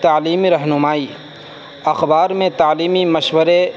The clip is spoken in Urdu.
تعلیمی رہنمائی اخبار میں تعلیمی مشورے